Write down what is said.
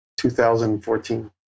2014